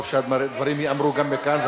טוב שהדברים ייאמרו גם מכאן,